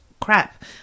crap